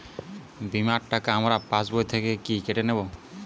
বিমার টাকা আমার পাশ বই থেকে কি কেটে নেবে?